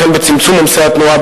וכן בצמצום עומסי התנועה,